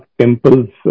temple's